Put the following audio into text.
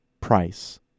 price